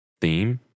theme